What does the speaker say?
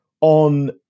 on